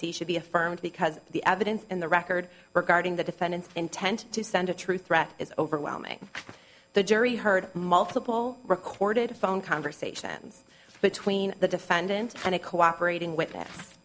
sixty should be affirmed because the evidence in the record regarding the defendant's intent to send a true threat is overwhelming the jury heard multiple recorded phone conversations between the defendant and a cooperating witness